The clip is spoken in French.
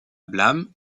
blâme